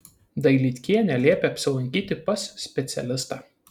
dailydkienė liepė apsilankyti pas specialistą